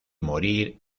morir